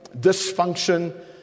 dysfunction